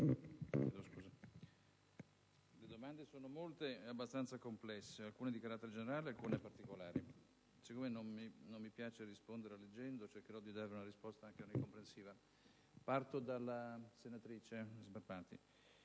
le domande sono molte e abbastanza complesse, alcune di carattere generale, altre particolari. Siccome non mi piace rispondere leggendo, cercherò di dare una risposta complessiva. Parto dalla senatrice Sbarbati,